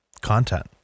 content